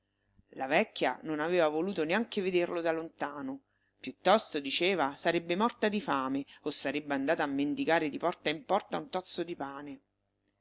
la vecchia non aveva voluto neanche vederlo da lontano piuttosto diceva sarebbe morta di fame o sarebbe andata a mendicare di porta in porta un tozzo di pane